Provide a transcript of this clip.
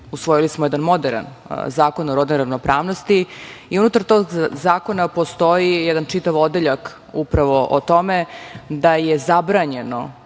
usvojili smo jedan moderan Zakon o rodnoj ravnopravnosti i unutar tog zakona postoji jedan čitav odeljak upravo o tome da je zabranjeno,